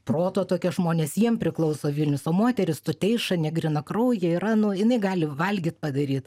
proto tokie žmonės jiem priklauso vilnius o moteris tuteiša negrynakraujė yra nu jinai gali valgyt padaryt